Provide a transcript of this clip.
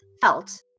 felt